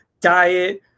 diet